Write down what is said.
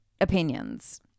opinions